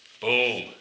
Boom